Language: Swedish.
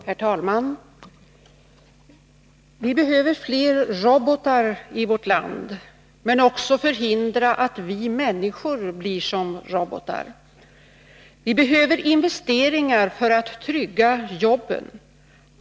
Herr talman! Vi behöver fler robotar i vårt land, men vi behöver också förhindra att vi människor blir som robotar. Vi behöver investeringar för att trygga jobben.